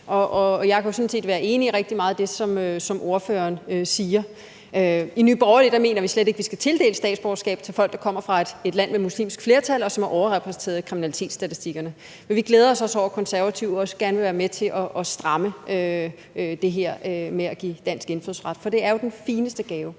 Jeg kan jo sådan set være enig i rigtig meget af det, som ordføreren siger. I Nye Borgerlige mener vi slet ikke, at vi skal tildele statsborgerskab til folk, der kommer fra et land med muslimsk flertal, og som er overrepræsenteret i kriminalitetsstatistikkerne. Men vi glæder os over, at Konservative også gerne vil være med til at stramme det her med at give dansk indfødsret, for det er jo den fineste gave.